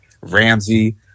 Ramsey